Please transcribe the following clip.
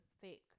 fake